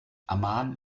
amman